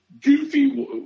goofy